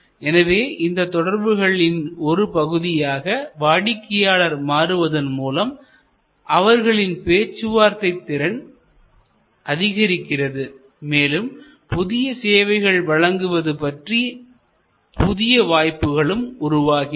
எனவே இந்த தொடர்புகளில் ஒரு பகுதியாக வாடிக்கையாளர் மாறுவதன் மூலம் அவர்களின் பேச்சுவார்த்தை திறன் அதிகரிக்கிறது மேலும் புதிய சேவைகள் வழங்குவது பற்றிய புதிய வாய்ப்புகளும் உருவாகின்றன